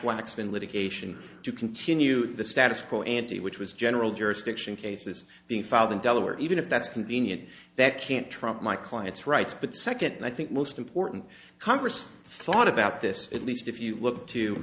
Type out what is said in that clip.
waxman litigation to continue the status quo ante which was general jurisdiction cases being filed in delaware even if that's convenient that can't trump my client's rights but second i think most important congress thought about this at least if you look to